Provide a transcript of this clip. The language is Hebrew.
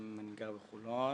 אני גר בחולון,